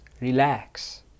Relax